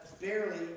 barely